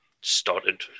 started